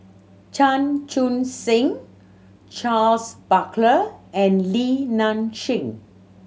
Chan Chun Sing Charles Paglar and Li Nanxing